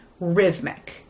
rhythmic